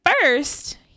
first